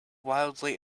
wildly